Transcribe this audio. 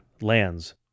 lands